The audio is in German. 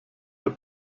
der